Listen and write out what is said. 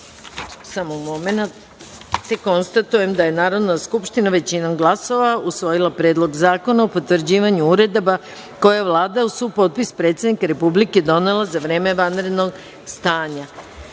narodna poslanika. Konstatujem da je Narodna skupština većinom glasova usvojila Predlog zakona o potvrđivanju uredaba koje je Vlada uz supotpis predsednika Republike donela za vreme vanrednog stanja. Narodni